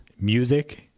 music